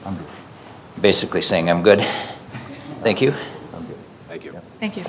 i'm basically saying i'm good thank you thank you